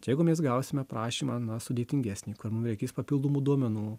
jeigu mes gausime prašymą na sudėtingesnį kur mum reikės papildomų duomenų